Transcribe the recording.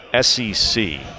SEC